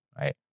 Right